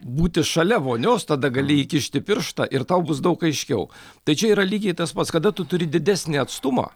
būti šalia vonios tada gali įkišti pirštą ir tau bus daug aiškiau tai čia yra lygiai tas pats kada tu turi didesnį atstumą